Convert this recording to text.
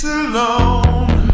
alone